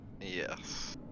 yes